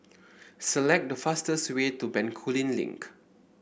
select the fastest way to Bencoolen Link